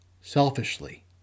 selfishly